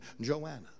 Joanna